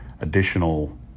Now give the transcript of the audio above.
additional